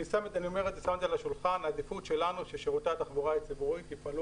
אני שם את זה על השולחן ואומר ששירותי התחבורה הציבורית יופעלו